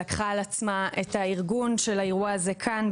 שלקחה על עצמה את ארגון האירוע הזה כאן,